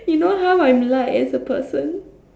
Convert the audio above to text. you know how I'm like as a person